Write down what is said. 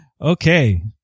okay